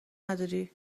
نداری